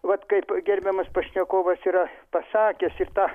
vat kaip gerbiamas pašnekovas yra pasakęs ir tą